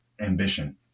ambition